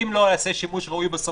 אם לא ייעשה שימוש ראוי בסמכות,